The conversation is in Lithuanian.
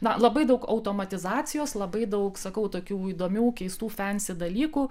na labai daug automatizacijos labai daug sakau tokių įdomių keistų fensy dalykų